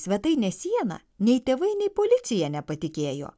svetainės sieną nei tėvai nei policija nepatikėjo